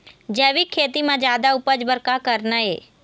जैविक खेती म जादा उपज बर का करना ये?